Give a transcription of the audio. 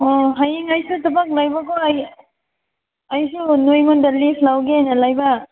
ꯑꯣ ꯍꯌꯦꯡ ꯑꯩꯁꯨ ꯊꯕꯛ ꯈꯔ ꯂꯩꯕꯀꯣ ꯑꯩꯁꯨ ꯅꯣꯏꯉꯣꯟꯗ ꯂꯤꯐ ꯂꯧꯒꯦ ꯍꯥꯏꯅ ꯂꯩꯕ